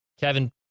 Kevin